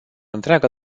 întreaga